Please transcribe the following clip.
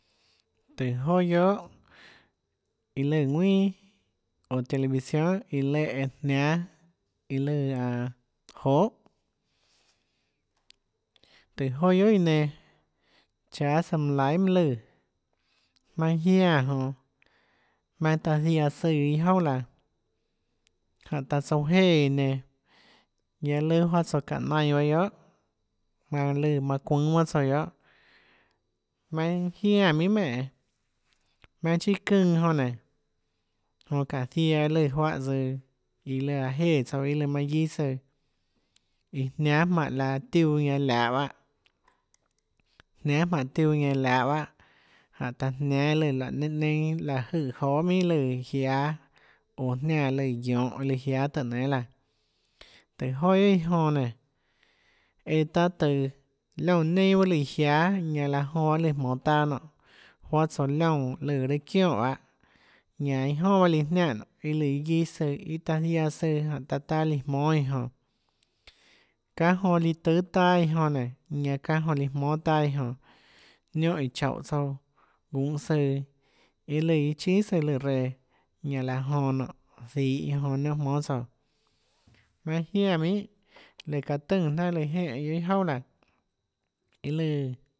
Tùhå joà guiohà iã lùã ðuinà oå televisión iã léhã ñanã jniánâ iã lùã aå johà tùhå joà guiohà iã nenã cháâ søã manã laihà mønâ lùã jmaønâ jiánã jonã jmaønâ taã ziaã søã iâ jouà laã jánhå taã tsouã jéã iã nenã guiaâ lùã juáhã tsoå çáhå nainã baâ guiohà manã lùã manã çuùnâ bahâ tsouã guiohà jmaønâ jiánã minhà menè jmaønâ chiâ çønã jonã nénå jonã çáhå ziaã lùã juáhã tsøã iã lùã aã jéã tsouã iâ lùã manã guiâ søã iã jniánâ jmánhå laã tiuã ñanã liahå bahâ jniánâ jmánhå tiuã ñanã liahå bahâ jánhå taã jniánâ lùã láhå neinâ láhå jøè johà minhà lùã iã jiáâ oå jniánã lùã guiohå lùã jiáâ tùhå nénâ laã tùhå joà guiohà iã jonã nénå eã taâ tøå liónã neinâ bahâ lùã iã jiáâ ñanã laã jonã lùã jmonå taâ nonê juáhã tsouã liónã lùã raâ çionè bahâ ñanã iâ jonà bahâ líã jnianè iã lùã iâ guiâ søã iâ taã ziaã søã jánhå taã taâ líã jmónâ iã jonã çánhã jonã líã tùâ taâ iã jonã nénå çánhã jonã líã jmónâ taâ iã jonã niónhã íhã choúhå tsouã gunhå søã iâ lùã iâ chíà søã lù reã ñanã laã jonã nonê zihå iã jonã niónhã jmónâ tsouã jmaønâjiánã minhà lùã çaã tùnã jnanà iã jénè jnanà guiohà iâ jouà laã iã lùã